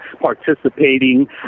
participating